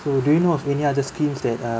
so do you know of any other schemes that uh